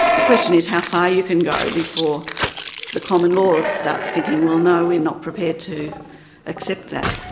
the question is how far you can go before the common law starts thinking, well, no, we're not prepared to accept that.